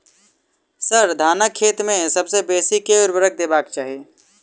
sir, धानक खेत मे सबसँ बेसी केँ ऊर्वरक देबाक चाहि